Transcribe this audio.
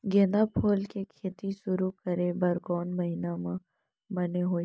गेंदा फूल के खेती शुरू करे बर कौन महीना मा बने होही?